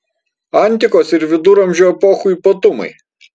antikos ir viduramžių epochų ypatumai